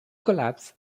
collapse